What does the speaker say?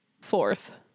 fourth